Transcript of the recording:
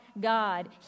God